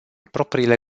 propriile